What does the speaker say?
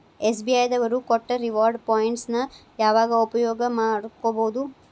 SBI ದವ್ರು ಕೊಟ್ಟ reward points ನ ಯಾವಾಗ ಉಪಯೋಗ ಮಾಡ್ಕೋಬಹುದು?